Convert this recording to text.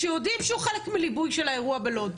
כשיודעים שהוא חלק מליבוי של האירוע בלוד.